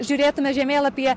žiūrėtume žemėlapyje